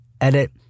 Edit